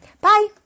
Bye